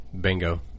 Bingo